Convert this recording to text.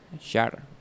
shatter